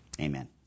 Amen